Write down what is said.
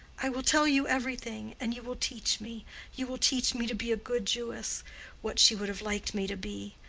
i will tell you everything, and you will teach me you will teach me to be a good jewess what she would have liked me to be.